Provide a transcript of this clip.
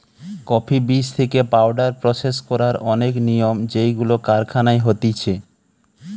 coffee বীজ থেকে powder process করার অনেক নিয়ম যেইগুলো কারখানায় হতিছে